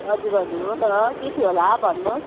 हजुर हुजर हो त के थियो होला भन्नुहोस्